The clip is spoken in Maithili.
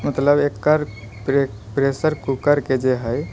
मतलब एकर प्रेशर कूकरके जे हइ